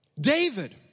David